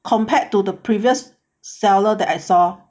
compared to the previous seller that I saw